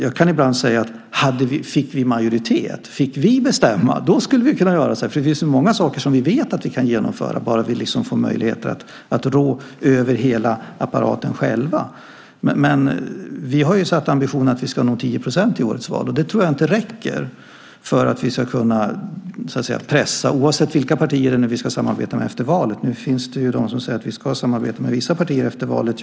Jag kan ibland säga att om vi fick majoritet, om vi fick bestämma, då skulle vi kunna göra så här, för det finns ju många saker som vi vet att vi skulle kunna genomföra bara vi fick möjligheter att rå över hela apparaten själva. Men vi har ju satt upp ambitionen att vi ska nå 10 % i årets val, och det tror jag inte räcker för att vi ska kunna pressa partier, oavsett vilka partier det är som vi ska samarbeta med efter valet. Nu finns det ju de som säger att vi ska samarbeta med vissa partier efter valet.